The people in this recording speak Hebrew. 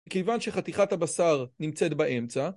מכיוון שחתיכת הבשר, נמצאת באמצע,